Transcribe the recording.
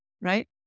right